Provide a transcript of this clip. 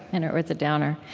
and or or it's a downer.